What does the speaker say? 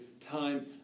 time